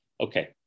okay